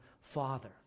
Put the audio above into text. Father